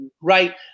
Right